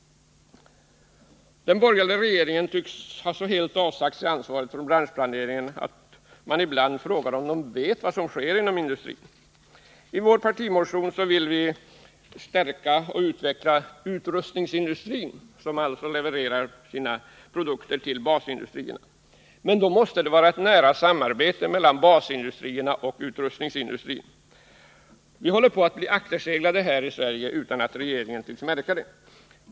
Den borgerliga regeringen tycks så helt ha avsagt sig ansvaret för branschplaneringen att man ibland frågar om den vet vad som sker inom industrin. ” I vår partimotion redovisar vi hur vi vill stärka och utveckla utrustningsindustrin, som levererar sina produkter till basindustrierna. Då måste det finnas ett nära samarbete mellan basindustrierna och utrustningsindustrin. Vi håller på att bli akterseglade här i Sverige utan att regeringen tycks märka det.